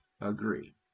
agree